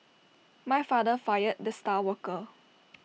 my father fired the star worker